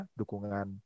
dukungan